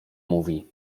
mówi